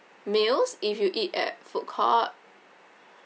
meals if you eat at food court